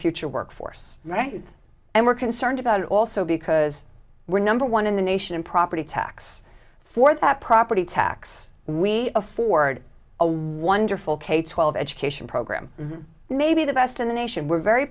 future workforce right and we're concerned about also because we're number one in the nation in property tax for that property tax we afford a wonderful k twelve education program maybe the best in the nation we're very